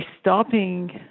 stopping